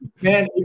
Man